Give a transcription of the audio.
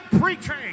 preaching